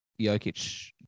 Jokic